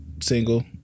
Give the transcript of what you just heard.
single